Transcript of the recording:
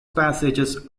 passages